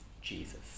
Jesus